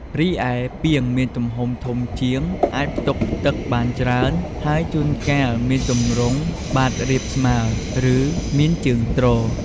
រីឯ ពាង មានទំហំធំជាង អាចផ្ទុកទឹកបានច្រើន ហើយជួនកាលមានទម្រង់បាតរាបស្មើ ឬមានជើងទ្រ។